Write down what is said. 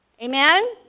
Amen